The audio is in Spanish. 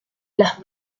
las